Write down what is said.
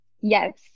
yes